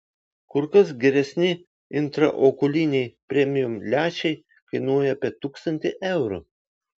kur kas geresni intraokuliniai premium lęšiai kainuoja apie tūkstantį eurų